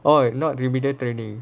oh not remedial training